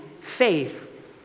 faith